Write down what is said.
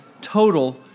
total